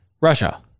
Russia